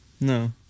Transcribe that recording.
No